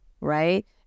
Right